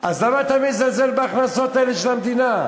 אז למה אתה מזלזל בהכנסות האלה של המדינה?